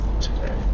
today